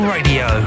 Radio